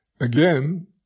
Again